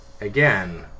again